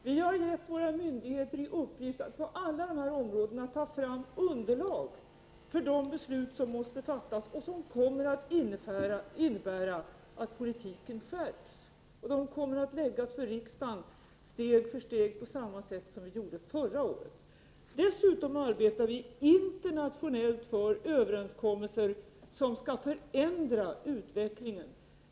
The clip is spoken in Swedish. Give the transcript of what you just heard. Vi har gett våra myndigheter i uppgift att på alla dessa områden ta fram underlag för de beslut som måste fattas och som kommer att innebära att 25 politiken skärps. Förslagen kommer vi att lägga fram för riksdagen steg för steg på samma sätt som förra året. Dessutom arbetar vi internationellt för överenskommelser som skall förändra utvecklingen.